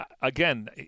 again –